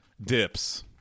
dips